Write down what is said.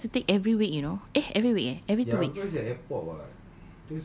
papa abu has to take every week you know eh every week eh every two weeks